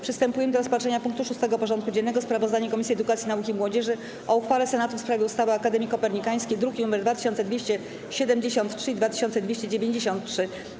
Przystępujemy do rozpatrzenia punktu 6. porządku dziennego: Sprawozdanie Komisji Edukacji, Nauki i Młodzieży o uchwale Senatu w sprawie ustawy o Akademii Kopernikańskiej (druki nr 2273 i 2293)